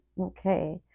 Okay